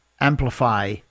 amplify